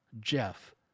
Jeff